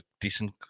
decent